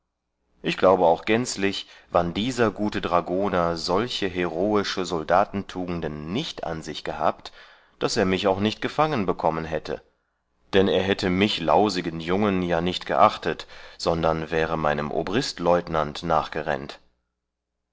ich glaube auch gänzlich wann dieser gute dragoner solche heroische soldatentugenden nicht an sich gehabt daß er mich auch nicht gefangen bekommen hätte dann er hätte mich lausigen jungen ja nicht geachtet sondern wäre meinem obristleutenant nachgerennt